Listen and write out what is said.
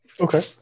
Okay